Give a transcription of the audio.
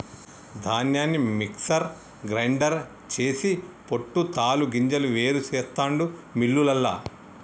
ధాన్యాన్ని mixer grinder చేసి పొట్టు తాలు గింజలు వేరు చెస్తాండు మిల్లులల్ల